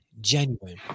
genuine